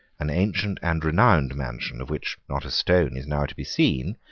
an ancient and renowned mansion, of which not a stone is now to be seen,